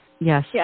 yes